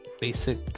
basic